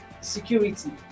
security